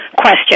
question